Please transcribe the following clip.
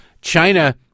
China